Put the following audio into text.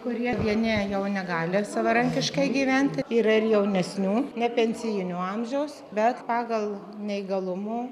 kurie vieni jau negali savarankiškai gyventi yra ir jaunesnių ne pensijinio amžiaus bet pagal neįgalumo